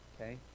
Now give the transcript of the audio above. Okay